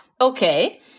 okay